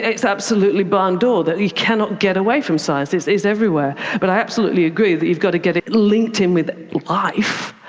it's absolutely barn door that you cannot get away from science. it's everywhere. but i absolutely agree that you've got to get it linked in with life.